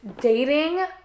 dating